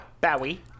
Bowie